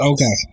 Okay